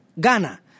Ghana